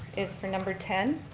is for number ten.